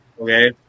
okay